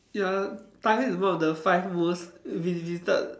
ya Thailand is one of the five most visited